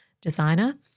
designer